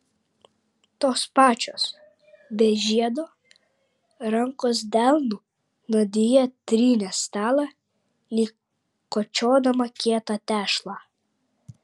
tos pačios be žiedo rankos delnu nadia trynė stalą lyg kočiodama kietą tešlą